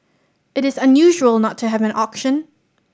it is unusual not to have an auction